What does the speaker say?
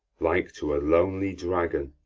like to a lonely dragon,